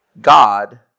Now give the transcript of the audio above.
God